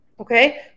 Okay